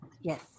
Yes